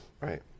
right